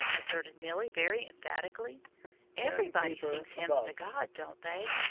asserted milly, very emphatically everybody sings hymns to god, don't they?